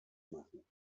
machen